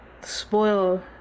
spoil